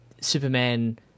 Superman